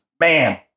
Man